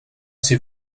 ces